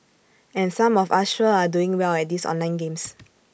and some of us sure are doing well at these online games